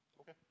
Okay